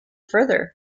further